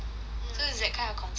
so is that kind of concept ah